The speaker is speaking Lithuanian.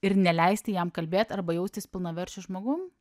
ir neleisti jam kalbėt arba jaustis pilnaverčiu žmogum